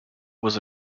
was